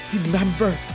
remember